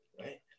right